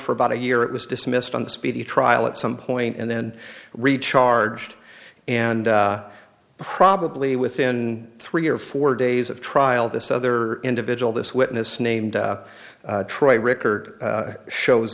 for about a year it was dismissed on the speedy trial at some point and then recharged and probably within three or four days of trial this other individual this witness named troy record shows